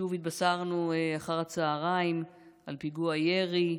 שוב התבשרנו אחר הצוהריים על פיגוע ירי,